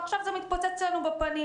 ועכשיו זה מתפוצץ לנו בפנים.